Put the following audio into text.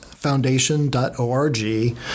Foundation.org